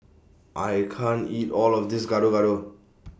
I can't eat All of This Gado Gado